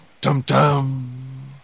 dum-dum